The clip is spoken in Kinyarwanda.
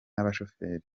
abashoferi